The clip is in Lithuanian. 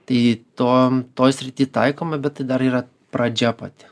tai tom toj srity taikoma bet tai dar yra pradžia pati